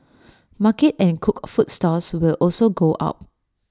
market and cooked food stalls will also go up